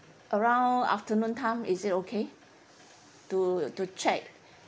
around afternoon time is it okay to to check